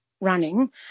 Running